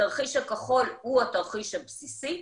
התרחיש הכחול הוא התרחיש הבסיסי,